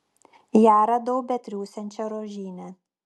ją radau betriūsiančią rožyne